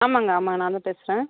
ஆமாங்க ஆமா நான்தான் பேசுகிறேன்